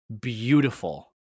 beautiful